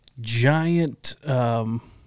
giant –